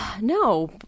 No